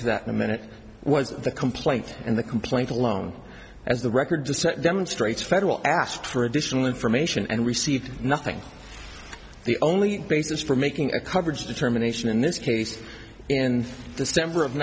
to that in a minute was the complaint and the complaint alone as the record to set demonstrates federal asked for additional information and received nothing the only basis for making a coverage determination in this case in distemper of